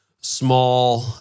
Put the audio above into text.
small